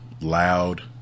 Loud